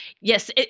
Yes